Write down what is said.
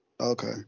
Okay